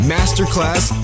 Masterclass